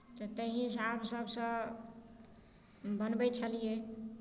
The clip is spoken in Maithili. तऽ ताही हिसाब सभसँ बनबै छलियै